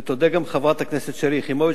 ותודה גם חברת הכנסת שלי יחימוביץ,